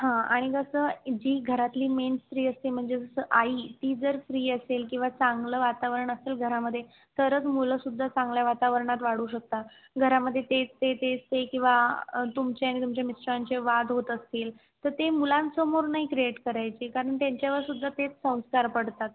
हां आणि कसं जी घरातली मेन स्त्री असते म्हणजे जसं आई तीच जर फ्री असेल किंवा चांगलं वातावरण असेल घरामध्ये तरंच मुलंसुद्धा चांगल्या वातावरणात वाढू शकतात घरामध्ये तेच ते तेच ते किंवा तुमचे आणि तुमच्या मिस्टरांचे वाद होत असतील तर ते मुलांसमोर नाही क्रिएट करायचे कारण त्यांच्यावरसुद्धा तेच संस्कार पडतात